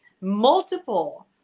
multiple